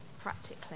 Practically